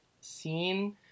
scene